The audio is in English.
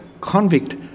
convict